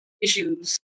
issues